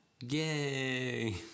Yay